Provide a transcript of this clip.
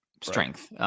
strength